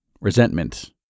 Resentment